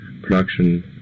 production